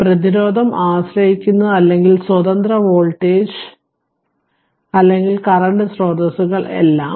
അതിനാൽ പ്രതിരോധം ആശ്രയിക്കുന്നത് അല്ലെങ്കിൽ സ്വതന്ത്ര വോൾട്ടേജ് അല്ലെങ്കിൽ കറന്റ് സ്രോതസ്സുകൾ എല്ലാം